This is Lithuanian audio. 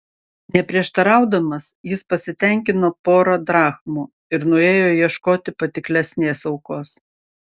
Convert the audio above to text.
neprieštaraudamas jis pasitenkino pora drachmų ir nuėjo ieškoti patiklesnės aukos